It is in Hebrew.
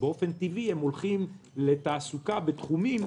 ובאופן טבעי הם הולכים לתעסוקה בתחומים